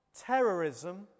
terrorism